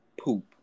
poop